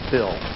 Bill